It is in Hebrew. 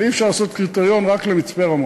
אבל אי-אפשר לעשות קריטריון רק למצפה-רמון,